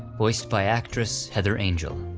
voiced by actress heather angel.